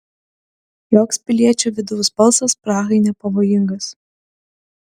joks piliečio vidaus balsas prahai nepavojingas